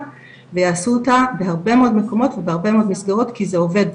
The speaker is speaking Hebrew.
ויעשו אותה בהרבה מאוד מקומות ובהרבה מאוד מסגרות כי זה עובד,